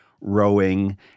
rowing